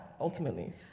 ultimately